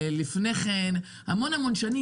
לפני כן כאשר דנו בזה המון שנים,